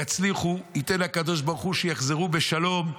יצליחו, ייתן הקדוש ברוך הוא שיחזרו בשלום,